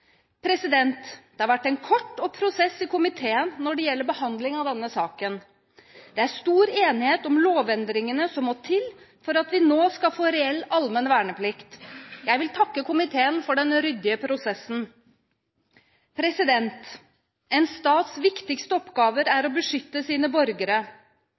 Det har vært en kort prosess i komiteen når det gjelder behandlingen av denne saken. Det er stor enighet om lovendringene som må til for at vi nå skal få reell allmenn verneplikt. Jeg vil takke komiteen for den ryddige prosessen. En stats viktigste oppgaver er å beskytte sine borgere.